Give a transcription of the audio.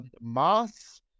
mass